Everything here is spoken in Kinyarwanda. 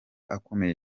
akomeye